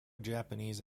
japanese